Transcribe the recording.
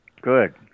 Good